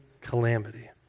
calamity